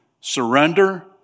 Surrender